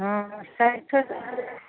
हँ साइठो